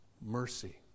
mercy